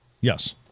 Yes